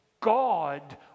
God